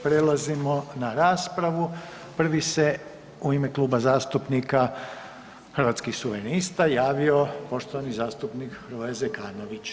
Prelazimo na raspravu. prvi se u ime Kluba zastupnika Hrvatskih suverenista javio poštovani zastupnik Hrvoje Zekanović.